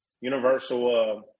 Universal